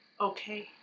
okay